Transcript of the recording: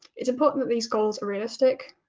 it's important that these goals are realistic,